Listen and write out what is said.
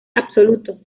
absoluto